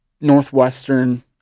Northwestern